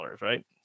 right